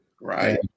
right